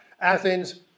Athens